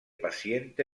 paziente